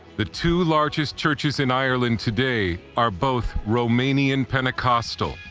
the two largest churches in ireland today are both romanian pentecostal.